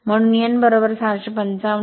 म्हणून n 655